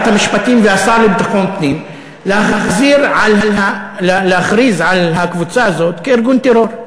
המשפטים והשר לביטחון פנים להכריז על הקבוצה הזאת כארגון טרור.